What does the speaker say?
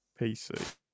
PC